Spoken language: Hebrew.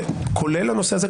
כולל לנושא הזה,